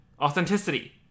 authenticity